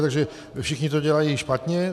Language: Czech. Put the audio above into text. Takže všichni to dělají špatně?